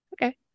Okay